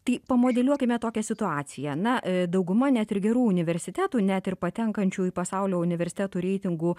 tai pamodeliuokime tokią situaciją na dauguma net ir gerų universitetų net ir patenkančių į pasaulio universitetų reitingų